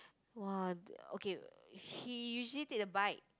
!wah! okay he usually take the bike